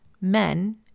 Men